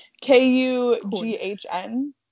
K-U-G-H-N